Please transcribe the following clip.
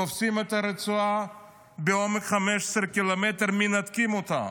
תופסים את הרצועה בעומק 15 קילומטר ומנתקים אותה.